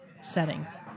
settings